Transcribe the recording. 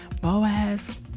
Boaz